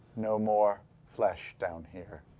no more flesh down here.